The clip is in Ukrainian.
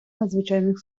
надзвичайних